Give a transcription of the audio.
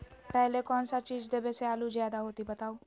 पहले कौन सा चीज देबे से आलू ज्यादा होती बताऊं?